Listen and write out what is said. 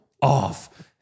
off